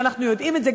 ואנחנו יודעים את זה,